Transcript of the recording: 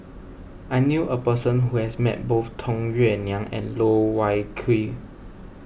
I knew a person who has met both Tung Yue Nang and Loh Wai Kiew